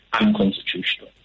unconstitutional